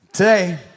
Today